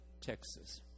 Texas